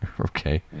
Okay